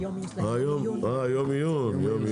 יש להם יום עיון.